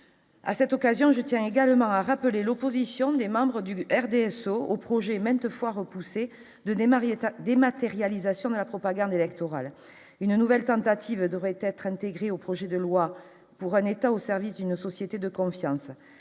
à cette occasion je tiens également à rappeler l'opposition des membres du RDS au au projet maintes fois repoussé, Marietta dématérialisation de la propagande électorale une nouvelle tentative devrait être intégrées au projet de loi pour un État au service d'une société de confiance